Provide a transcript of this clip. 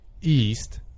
east